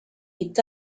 est